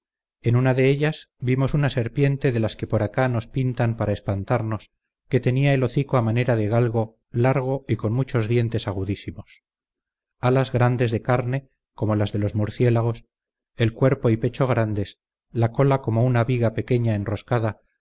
en una de ellas vimos una serpiente de las que por acá nos pintan para espantarnos que tenía el hocico a manera de galgo largo y con muchos dientes agudísimos alas grandes de carne como las de los murciélagos el cuerpo y pecho grandes la cola como una viga pequeña enroscada